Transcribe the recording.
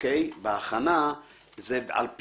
ואני רוצה פה להטיל עליהם את האחריות.